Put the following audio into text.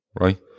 right